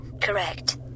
Correct